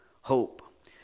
Hope